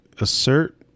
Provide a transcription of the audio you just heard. assert